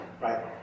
right